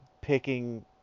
picking